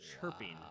chirping